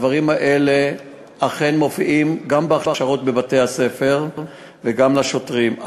אכן זה מופיע גם בהכשרות בבתי-הספר וגם לשוטרים,